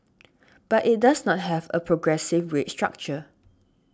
but it does not have a progressive rate structure